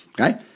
Okay